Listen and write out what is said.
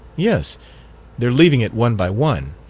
yes they're leaving it one by one.